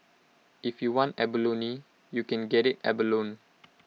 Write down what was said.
if you want ab lonely you can get abalone